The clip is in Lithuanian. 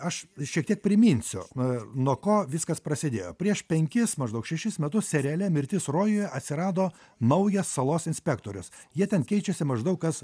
aš šiek tiek priminsiu na nuo ko viskas prasidėjo prieš penkis maždaug šešis metus seriale mirtis rojuje atsirado naujas salos inspektorius jie ten keičiasi maždaug kas